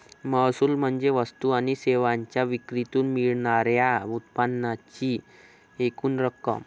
महसूल म्हणजे वस्तू आणि सेवांच्या विक्रीतून मिळणार्या उत्पन्नाची एकूण रक्कम